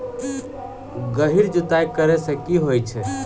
गहिर जुताई करैय सँ की होइ छै?